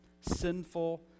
sinful